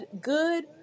good